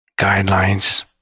Guidelines